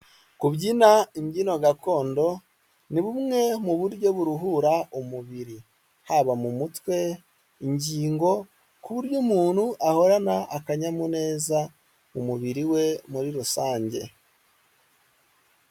Kubyina imbyino gakondo ni bumwe mu buryo buruhura umubiri haba mu mutwe, mu ingingo ku buryo umuntu ahorana akanyamuneza mu mubiri we muri rusange.